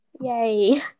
Yay